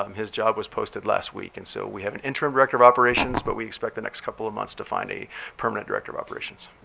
um his job was posted last week and so we have an interim director of operations. but we expect the next couple of months to find a permanent director of operations.